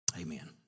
Amen